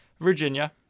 Virginia